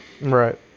Right